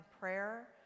prayer